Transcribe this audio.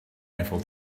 eiffel